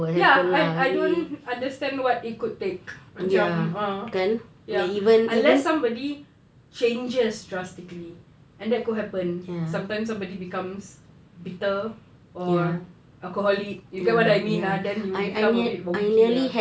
ya I I don't understand what it could take macam ah ya unless somebody changes drastically and that could happened sometimes somebody becomes bitter or alcoholic you get what I mean ah then you become a bit wonky ah